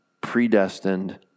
predestined